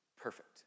perfect